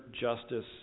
justice